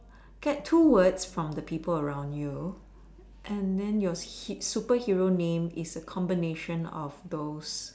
get two words from the people around you and then your sup~ superhero name is a combination of those